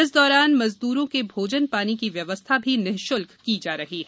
इस दौरान मजदूरों के भोजन पानी की व्यवस्था भी निश्ल्क की जा रही है